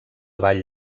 vall